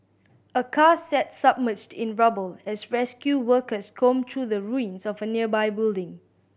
a car sat submerged in rubble as rescue workers combed through the ruins of a nearby building